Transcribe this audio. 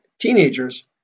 teenagers